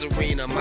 Arena